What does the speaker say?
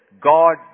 God